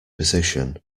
position